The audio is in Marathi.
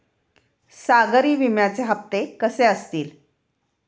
सागरी विम्याचे हप्ते कसे असतील?